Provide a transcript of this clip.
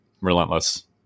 Relentless